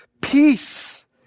peace